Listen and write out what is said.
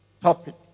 topic